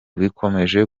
bikomeje